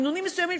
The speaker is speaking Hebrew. מינונים מסוימים,